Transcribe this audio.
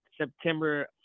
September